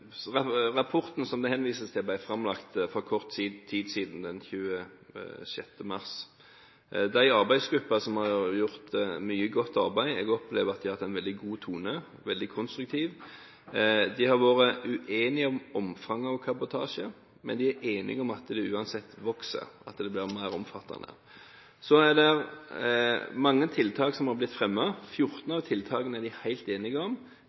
Rapporten som det henvises til, ble framlagt for kort tid siden – den 26. mars. Det er en arbeidsgruppe som har gjort mye godt arbeid. Jeg opplever at de har hatt en veldig god tone, veldig konstruktiv. De har vært uenige om omfanget av kabotasje, men er enige om at det uansett vokser – at det blir mer omfattende. Så er det mange tiltak som har blitt fremmet. 14 av tiltakene er de helt enige om